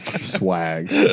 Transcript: Swag